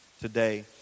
today